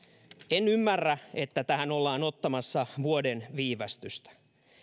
en ymmärrä että tähän ollaan ottamassa vuoden viivästystä